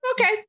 okay